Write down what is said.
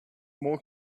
more